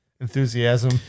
Enthusiasm